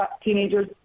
teenagers